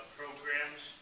programs